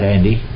Andy